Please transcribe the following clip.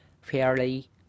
fairly